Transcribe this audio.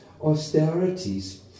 austerities